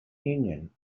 union